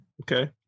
Okay